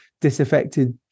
disaffected